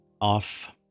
off